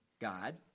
God